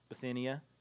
Bithynia